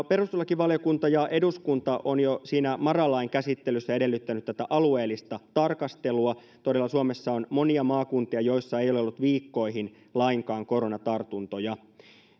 perustuslakivaliokunta ja eduskunta ovat jo siinä mara lain käsittelyssä edellyttäneet tätä alueellista tarkastelua todella suomessa on monia maakuntia joissa ei ole ollut viikkoihin lainkaan koronatartuntoja